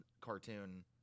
cartoon